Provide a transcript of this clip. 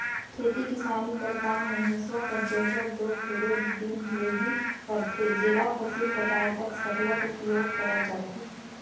खेती किसानी कर काम मे हेसुवा कर जरूरत दो सुरू दिन ले ही परथे जेला फसिल कटाए तक सरलग उपियोग करल जाथे